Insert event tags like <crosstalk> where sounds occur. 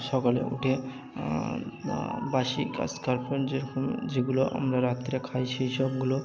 সকালে উঠে বাসি <unintelligible> যেরকম যেগুলো আমরা রাত্রে খাই সেই সবগুলো